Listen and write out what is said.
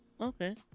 Okay